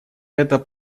это